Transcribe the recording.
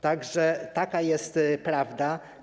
Tak że taka jest prawda.